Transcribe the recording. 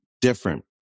different